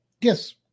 Yes